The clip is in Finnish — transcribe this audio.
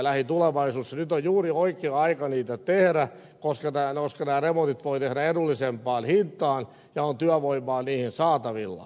nyt on juuri oikea aika niitä tehdä koska nämä remontit voi tehdä edullisempaan hintaan ja työvoimaa on niihin saatavilla